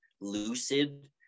lucid